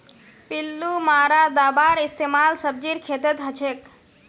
पिल्लू मारा दाबार इस्तेमाल सब्जीर खेतत हछेक